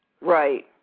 right